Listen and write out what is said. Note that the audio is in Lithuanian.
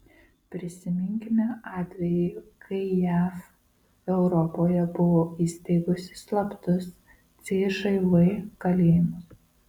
prisiminkime atvejį kai jav europoje buvo įsteigusi slaptus cžv kalėjimus